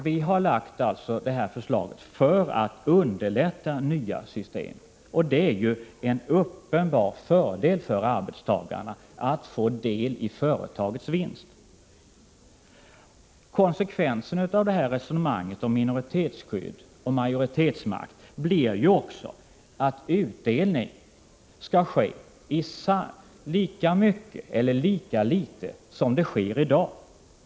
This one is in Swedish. Vi har lagt fram det här förslaget för att underlätta nya system. Det är ju en uppenbar fördel för arbetstagarna att få del i företagets vinst. Konsekvensen av detta resonemang om minoritetsskydd och majoritetsmakt blir att utdelning skall bli lika stor eller lika liten som i dag.